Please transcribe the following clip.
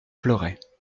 pleurait